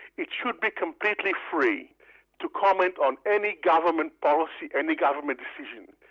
it should be completely free to comment on any government policy, any government decision.